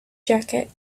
jacket